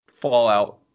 Fallout